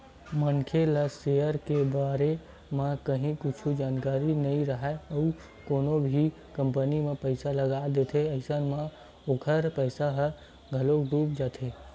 मनखे ला सेयर के बारे म काहि कुछु जानकारी नइ राहय अउ कोनो भी कंपनी म पइसा लगा देथे अइसन म ओखर पइसा ह घलोक डूब जाथे